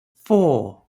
four